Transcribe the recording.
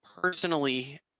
personally